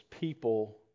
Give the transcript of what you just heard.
people